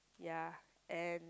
ya and